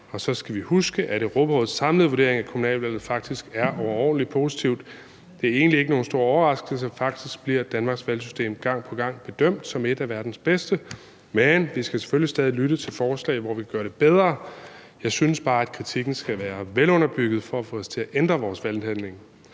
sig. Så skal vi huske, at Europarådets samlede vurdering af kommunalvalget faktisk er overordentlig positivt. Det er egentlig ikke nogen stor overraskelse. Faktisk bliver Danmarks valgsystem gang på gang bedømt som et af verdens bedste. Men vi skal selvfølgelig lytte til forslag til, hvor vi kan gøre det bedre. Jeg synes bare, at kritikken skal være velunderbygget for at få os til at ændre vores valghandling.